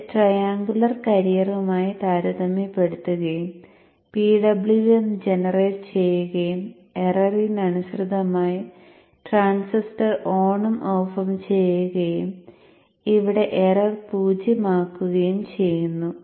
ഇത് ട്രൈയാംഗുലർ കാരിയറുമായി താരതമ്യപ്പെടുത്തുകയും PWM ജനറേറ്റ് ചെയ്യുകയും എററിന് അനുസൃതമായി ട്രാൻസിസ്റ്റർ ഓണും ഓഫും ചെയ്യുകയും ഇവിടെ എറർ പൂജ്യമാക്കുകയും ചെയ്യുന്നു